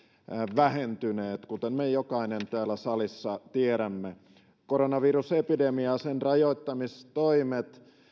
vähentyneet kuten me jokainen täällä salissa tiedämme koronavirusepidemia ja sen rajoittamistoimet